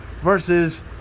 versus